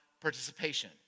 participation